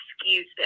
excuses